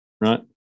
right